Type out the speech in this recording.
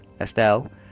Estelle